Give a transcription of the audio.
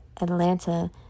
atlanta